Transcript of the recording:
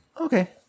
okay